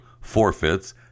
forfeits